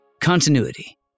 Continuity